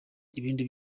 ibindi